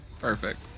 Perfect